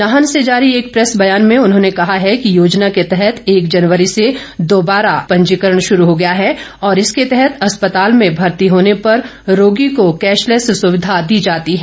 नाहन से जारी एक प्रैस व्यान में उन्होंने कहा है कि योजना के तहत एक जनवरी से दोबारा पंजीकरण शुरू हो गया है और इसके तहत अस्पताल में भर्ती होने पर रोगी को कैशलेस सुविधा दी जाती है